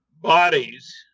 bodies